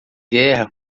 guerra